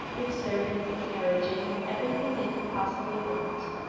with servants and carriages, and everything they could possibly want.